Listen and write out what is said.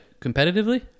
competitively